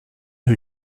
who